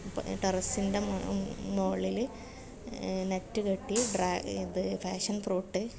ടെറസിൻ്റെ മോ മോളിൽ നെറ്റ് കെട്ടി ഡ്രാ ഇത് പാഷൻ ഫ്രൂട്ട്